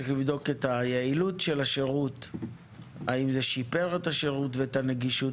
צריך לבדוק את היעילות של השירות; האם זה שיפר את השירות ואת הנגישות?